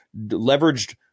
leveraged